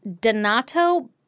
Donato